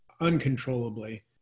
uncontrollably